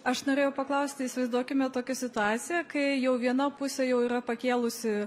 aš norėjau paklausti įsivaizduokime tokią situaciją kai jau viena pusė jau yra pakėlusi